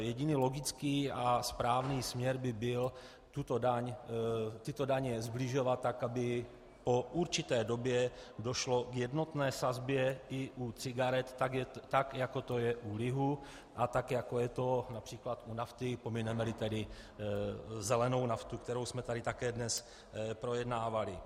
Jediný logický a správný směr by byl tyto daně sbližovat tak, aby po určité době došlo k jednotné sazbě i u cigaret tak, jako to je u lihu, a tak, jako je to například u nafty, pominemeli tedy zelenou naftu, kterou jsme tady také dnes projednávali.